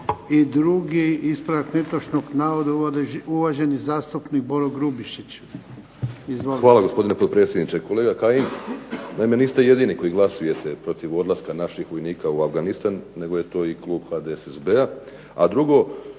I drugi ispravak netočnog navoda, uvaženi zastupnik Boro Grubišić. **Grubišić, Boro (HDSSB)** Hvala gospodine potpredsjedniče. Kolega Kajin, naime niste jedini koji glasujete protiv odlaska naših vojnika u Afganistan, nego je to i klub HDSSB-a.